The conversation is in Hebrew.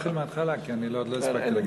אני אתחיל מההתחלה, כי עוד לא הספקתי להגיד כלום.